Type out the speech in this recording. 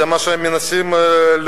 זה מה שהם מנסים להוביל.